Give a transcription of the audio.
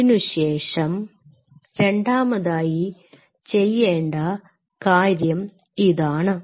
അതിനുശേഷം രണ്ടാമതായി ചെയ്യേണ്ട കാര്യം ഇതാണ്